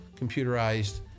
computerized